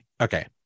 okay